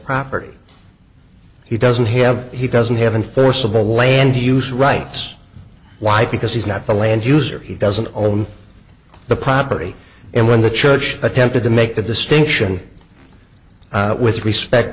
property he doesn't have he doesn't have and first of all land use rights why because he's not the land user he doesn't own the property and when the church attempted to make the distinction with respect